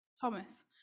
Thomas